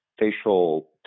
facial